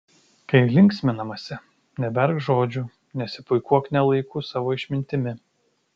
kai linksminamasi neberk žodžių nesipuikuok ne laiku savo išmintimi